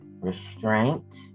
restraint